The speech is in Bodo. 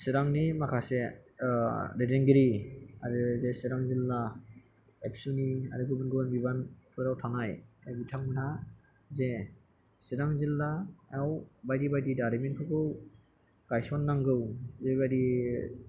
सिरांनि माखासे दैदेनगिरि आरो बे सिरां जिल्ला एबसु नि आरो गुबुन गुबुन बिबानफोराव थानाय बिथांमोना जे सिरां जिल्लायाव बायदि बायदि दारिमिनफोरखौ गायसननांगौ बेबायदि